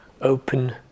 open